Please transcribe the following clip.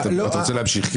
אתה רוצה להמשיך.